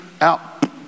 out